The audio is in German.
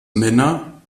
männer